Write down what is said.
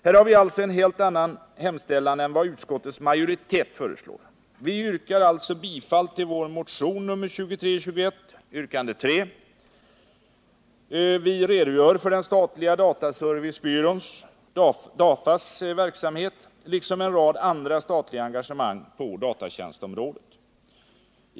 Här har vi alltså en helt annan hemställan än vad utskottets för den statliga dataservicebyråns, DAFA:s, verksamhet liksom en rad andra Torsdagen den statliga engagemang på datatjänstområdet.